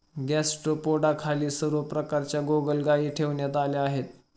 गॅस्ट्रोपोडाखाली सर्व प्रकारच्या गोगलगायी ठेवण्यात आल्या आहेत